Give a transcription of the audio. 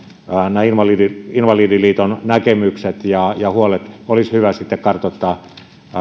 nämä invalidiliiton invalidiliiton näkemykset ja ja huolet olisi hyvä sitten kartoittaa